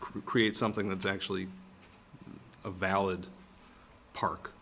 create something that's actually a valid park